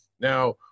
Now